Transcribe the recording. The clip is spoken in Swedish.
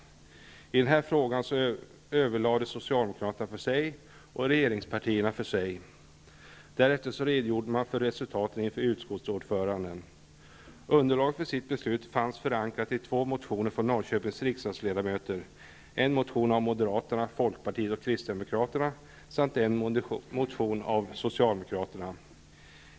I den här frågan överlade socialdemokraterna för sig och regeringspartierna för sig. Därefter redogjorde man för resultatet inför utskottsordföranden. Beslutet var förankrat i två motioner från Norrköpings riksdagsledamöter, en motion från moderaterna, folkpartiet och kristdemokraterna samt en motion från socialdemokraterna.